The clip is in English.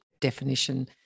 definition